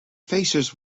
faces